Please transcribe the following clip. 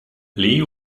lee